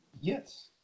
Yes